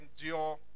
endure